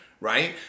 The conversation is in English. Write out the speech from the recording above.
right